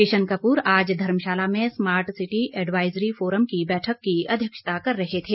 किशन कपूर आज धर्मशाला में smart city advisory forum की बैठक की अध्यक्षता कर रहे थे